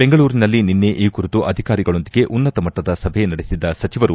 ಬೆಂಗಳೂರಿನಲ್ಲಿ ನಿನ್ನೆ ಈ ಕುರಿತು ಅಧಿಕಾರಿಗಳೊಂದಿಗೆ ಉನ್ನತ ಮಟ್ಟದ ಸಭೆ ನಡೆಸಿದ ಸಚಿವರು